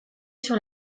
sur